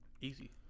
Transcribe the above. Easy